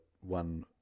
One